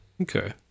Okay